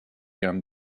ian